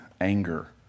anger